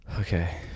Okay